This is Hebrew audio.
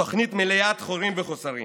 התוכנית מלאה חורים וחוסרים.